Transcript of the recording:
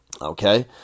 okay